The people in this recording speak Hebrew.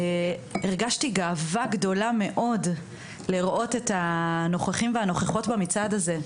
הרגשתי גאווה גדולה מאוד לראות את הנוכחים והנוכחות במצעד הזה.